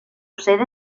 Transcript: sede